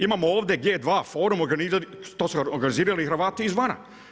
Imamo ovdje G2 forum to su organizirali Hrvati izvana.